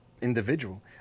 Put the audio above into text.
individual